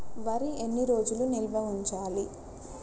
వరి ఎన్ని రోజులు నిల్వ ఉంచాలి?